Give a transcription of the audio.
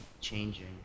changing